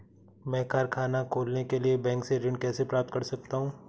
मैं कारखाना खोलने के लिए बैंक से ऋण कैसे प्राप्त कर सकता हूँ?